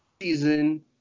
season